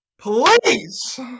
Please